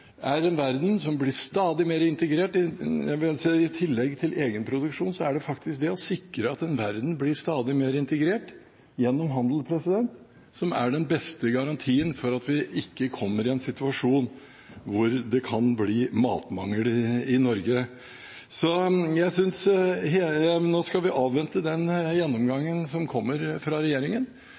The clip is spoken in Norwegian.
en verden som blir stadig mer integrert. I tillegg til egenproduksjon er faktisk det å sikre at verden blir stadig mer integrert gjennom handel, den beste garantien for at vi ikke kommer i en situasjon der det kan bli matmangel i Norge. Nå skal vi avvente den gjennomgangen som kommer fra regjeringen.